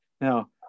Now